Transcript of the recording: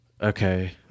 Okay